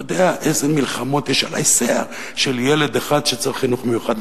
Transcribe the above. אתה יודע איזה מלחמות יש על ההיסע של ילד אחד שצריך חינוך מיוחד,